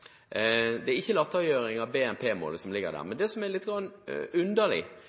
av BNP-målet som ligger der. Men det som er litt underlig,